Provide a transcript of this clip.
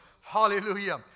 Hallelujah